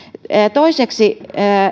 toiseksi